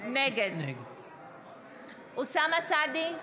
נגד אוסאמה סעדי,